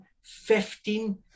fifteen